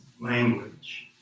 language